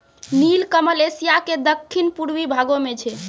नीलकमल एशिया के दक्खिन पूर्वी भागो मे छै